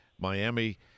Miami